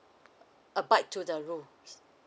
abide to the rules